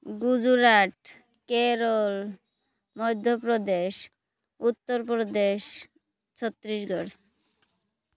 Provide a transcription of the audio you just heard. Gujarat Kerala Madhya Pradesh Uttar Pradesh Chhattisgarh